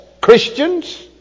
Christians